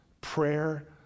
prayer